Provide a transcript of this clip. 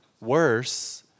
Worse